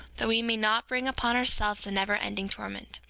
that we may not bring upon ourselves a never-ending torment,